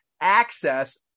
access